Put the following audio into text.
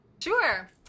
Sure